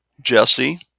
Jesse